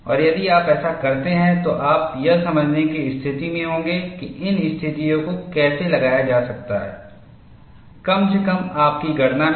और यदि आप ऐसा करते हैं तो आप यह समझने की स्थिति में होंगे कि इन स्थितियों को कैसे लगाया जा सकता है कम से कम आपकी गणना में